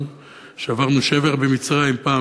שעברנו שבר במצרים פעם,